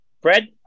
Fred